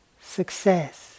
success